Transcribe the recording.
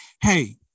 Hey